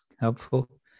helpful